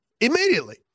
immediately